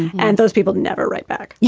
and those people never write back. yeah